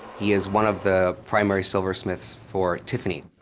he is one of the primary silversmiths for tiffany.